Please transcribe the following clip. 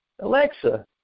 Alexa